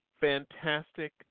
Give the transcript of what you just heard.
Fantastic